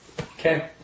Okay